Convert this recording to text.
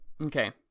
Okay